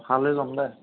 খালৈ ল'ম দে